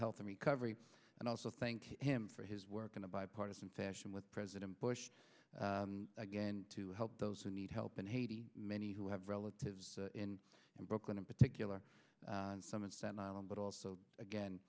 him recover and also thank him for his work in a bipartisan fashion with president bush again to help those who need help in haiti many who have relatives in brooklyn in particular and some in staten island but also again